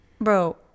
Bro